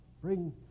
Bring